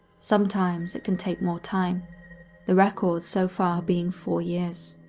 sometimes it can take more time the record so far being four years.